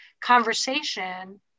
conversation